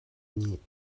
nih